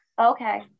Okay